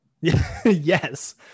Yes